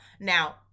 now